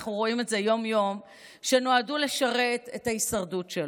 אנחנו רואים את זה יום-יום שנועדו לשרת את ההישרדות שלו.